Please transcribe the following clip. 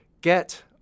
Get